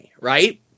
right